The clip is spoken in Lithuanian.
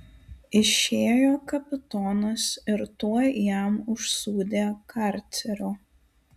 išėjo kapitonas ir tuoj jam užsūdė karcerio